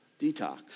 detox